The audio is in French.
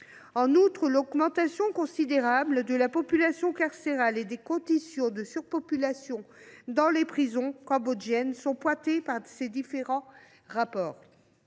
En outre, l’augmentation considérable de la population carcérale et les conditions de vie dans les prisons du pays sont pointées par ces différents rapports.